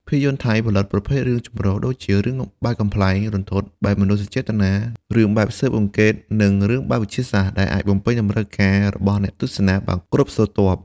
ភាពយន្តថៃផលិត ប្រភេទរឿងចម្រុះ ដូចជា រឿងបែបកំប្លែង រន្ធត់ បែបមនោសញ្ចេតនា រឿងបែបស៊ើបអង្កេត និងរឿងបែបវិទ្យាសាស្ត្រ ដែលអាចបំពេញតម្រូវការរបស់អ្នកទស្សនាបានគ្រប់ស្រទាប់។